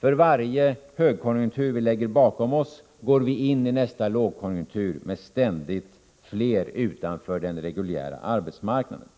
För varje högkonjunktur vi lägger bakom oss går vi in i nästa lågkonjunktur med ett ständigt ökande antal personer utanför den reguljära arbetsmarknaden.